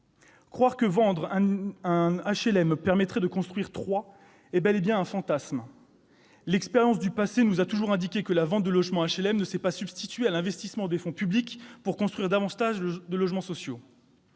Croire que vendre une HLM permettrait d'en construire trois est bel et bien un fantasme : l'expérience a toujours montré que la vente de logements HLM ne se substitue pas à l'investissement de fonds publics pour construire davantage de logements sociaux.